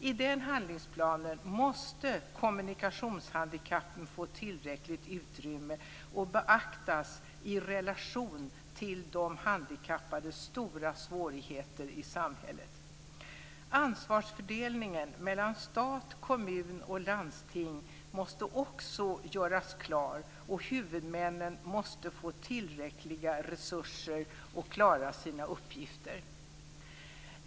I den handlingsplanen måste kommunikationshandikappen få tillräckligt utrymme och beaktas i relation till de handikappades stora svårigheter i samhället. Ansvarsfördelningen mellan stat, kommun och landsting måste också göras klar, och huvudmännen måste få tillräckliga resurser för att klara sina uppgifter.